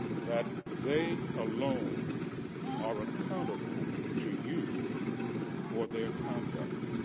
that they alone are accountable to you for their conduct.